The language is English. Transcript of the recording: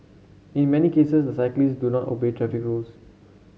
in many cases the cyclists do not obey traffic rules